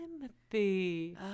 timothy